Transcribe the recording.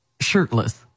shirtless